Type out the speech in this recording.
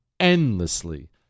endlessly